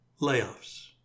layoffs